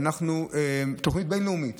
תוכנית בין-לאומית